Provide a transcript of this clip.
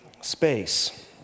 space